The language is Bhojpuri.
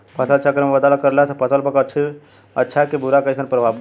फसल चक्र मे बदलाव करला से फसल पर अच्छा की बुरा कैसन प्रभाव पड़ी?